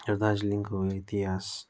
र दार्जिलिङको इतिहास